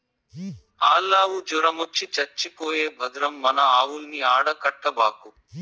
ఆల్లావు జొరమొచ్చి చచ్చిపోయే భద్రం మన ఆవుల్ని ఆడ కట్టబాకు